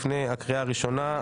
לפני הקריאה הראשונה.